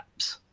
apps